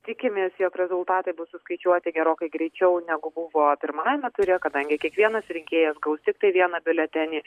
tikimės jog rezultatai bus suskaičiuoti gerokai greičiau negu buvo pirmajame ture kadangi kiekvienas rinkėjas gaus tiktai vieną biuletenį